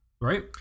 right